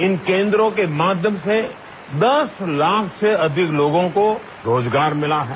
इन केंद्रों के माध्यम से दस लाख से अधिक लोगों को रोजगार मिला है